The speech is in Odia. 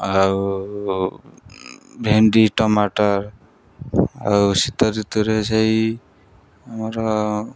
ଆଉ ଭେଣ୍ଡି ଟମାଟର ଆଉ ଶୀତଋତୁରେ ସେଇ ଆମର